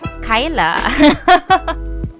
Kyla